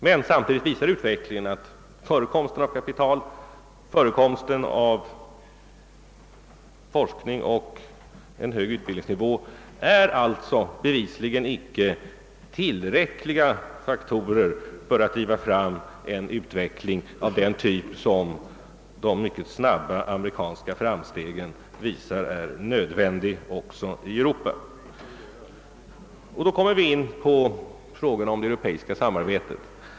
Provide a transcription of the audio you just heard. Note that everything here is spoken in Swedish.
Men samtidigt visar det sig att dessa faktorer — förekomsten av kapital, förekomsten av forskare samt en hög utbildningsnivå — icke är tillräckliga för att driva fram en sådan utveckling, som med hänsyn till den snabba amerikanska framstegstakten är nödvändig också i Europa. I och med att jag tar upp detta problem kommer jag in på frågan om det europeiska samarbetet.